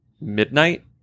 Midnight